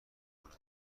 کنم